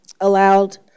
allowed